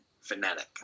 fanatic